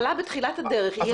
בתחילת הדרך היא ישבה על המדרכה.